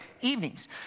evenings